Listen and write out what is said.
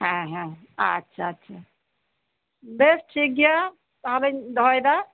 ᱦᱮᱸ ᱦᱮᱸ ᱟᱪᱪᱷᱟ ᱟᱪᱪᱷᱟ ᱵᱮᱥ ᱴᱷᱤᱠᱜᱮᱭᱟ ᱛᱟᱞᱦᱮᱧ ᱫᱚᱦᱚᱭᱮᱫᱟ